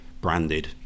branded